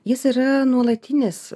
jis yra nuolatinis